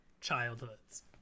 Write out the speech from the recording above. childhoods